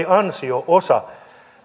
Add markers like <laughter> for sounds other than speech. <unintelligible> ansio osa